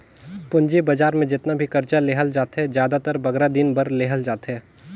पूंजी बजार में जेतना भी करजा लेहल जाथे, जादातर बगरा दिन बर लेहल जाथे